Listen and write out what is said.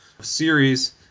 Series